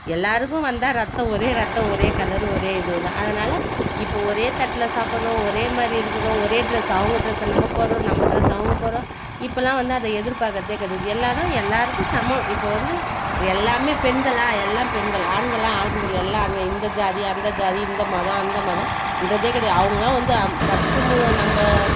எல்லோருக்கும் வந்தால் ரத்தம் ஒரே ரத்தம் ஒரே கலரு ஒரே இதுதான் அதனால் இப்போ ஒரே தட்டில் சாப்படுறோம் ஒரே மாதிரி இருக்கிறோம் ஒரே ட்ரெஸ் அவங்க ட்ரெஸ்ஸை நம்ம போடுறோம் நம்ம ட்ரெஸ்ஸை அவங்க போடுறாங்க இப்போல்லாம் வந்து அதை எதிர்பார்க்கறதே கிடையாது எல்லோரும் எல்லோருக்கும் சமம் இப்போது வந்து எல்லாமே பெண்களாக எல்லாம் பெண்கள் ஆண்களாக ஆண்கள் எல்லா ஆண்கள் இந்த ஜாதி அந்த ஜாதி இந்த மதம் அந்த மதம் ன்றதே கிடையாது அவங்கள்லாம் வந்து ஃபஸ்ட்டு மு நம்ம